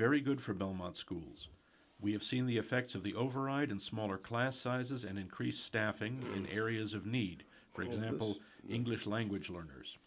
very good for belmont schools we have seen the effects of the override in smaller class sizes and increased staffing in areas of need for example english language learners